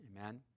Amen